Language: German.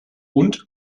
und